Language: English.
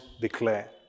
declare